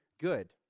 good